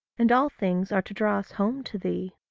and all things are to draw us home to thee.